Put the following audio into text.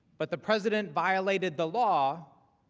but the president violated the law.